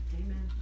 Amen